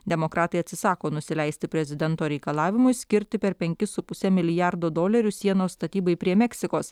demokratai atsisako nusileisti prezidento reikalavimui skirti per penkis su puse milijardo dolerių sienos statybai prie meksikos